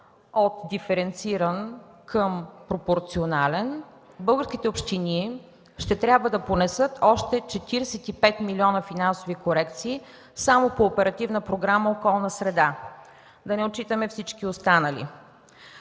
от диференциран към пропорционален, българските общини ще трябва да понесат още 45 млн. лв. финансови корекции само по Оперативна програма „Околна среда”, да не отчитаме всички останали.